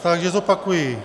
Takže zopakuji.